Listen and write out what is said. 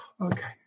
okay